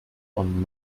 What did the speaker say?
von